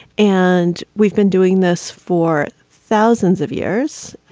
and we've been doing this for thousands of years.